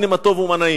הנה מה טוב ומה נעים.